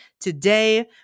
Today